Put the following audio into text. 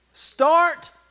Start